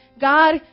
God